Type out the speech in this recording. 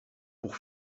pour